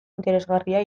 interesgarria